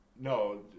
No